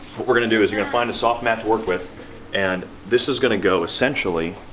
what we're gonna do is you're gonna find a soft mat to work with and this is gonna go, essentially,